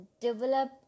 Develop